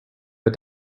but